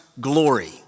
glory